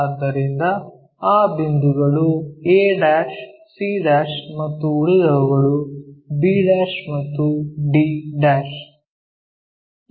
ಆದ್ದರಿಂದ ಆ ಬಿಂದುಗಳು a c ಮತ್ತು ಉಳಿದವುಗಳು b ಮತ್ತು d